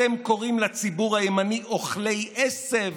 אתם קוראים לציבור הימני "אוכלי עשב",